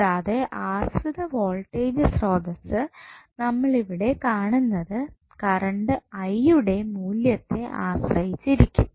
കൂടാതെ ആശ്രിത വോൾട്ടേജ് സ്രോതസ്സ് നമ്മൾ ഇവിടെ കാണുന്നത് കറണ്ട് ഐയുടെ മൂല്യത്തെ ആശ്രയിച്ചിരിക്കും